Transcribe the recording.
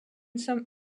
some